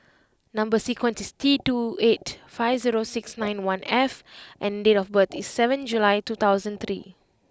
number sequence is T two eight five zero six nine one F and date of birth is seventh July two thousand three